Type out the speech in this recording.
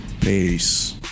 Peace